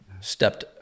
stepped